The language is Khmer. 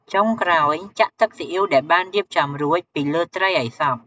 ចុងក្រោយ ចាក់ ទឹកស៊ីអុីវ ដែលបានរៀបចំរួចពីលើត្រីឲ្យសព្វ។